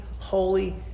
holy